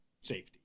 safety